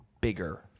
bigger